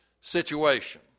situation